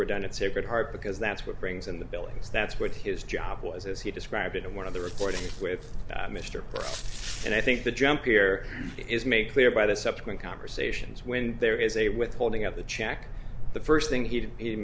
were done at sacred heart because that's what brings in the billings that's what his job was as he described it in one of the recordings with mr pierce and i think the jump here is made clear by the subsequent conversations when there is a withholding of the check the first thing he